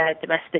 domestic